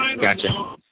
Gotcha